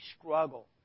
struggle